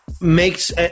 makes